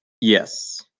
Yes